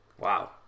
Wow